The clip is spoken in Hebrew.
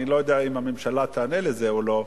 אני לא יודע אם הממשלה תיענה לזה או לא,